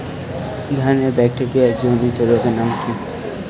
ধানের ব্যাকটেরিয়া জনিত রোগের নাম কি?